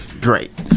Great